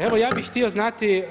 Evo ja bih htio znati